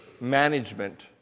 management